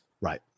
Right